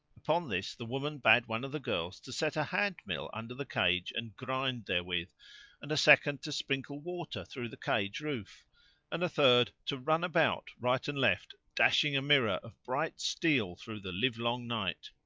upon this the woman bade one of the girls to set a hand mill under the cage and grind therewith and a second to sprinkle water through the cage roof and a third to run about, right and left, dashing a mirror of bright steel through the livelong night.